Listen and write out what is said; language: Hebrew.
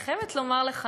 אני חייבת לומר לך,